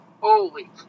Holy